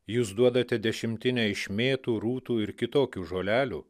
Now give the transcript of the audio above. jūs duodate dešimtinę iš mėtų rūtų ir kitokių žolelių